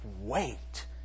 wait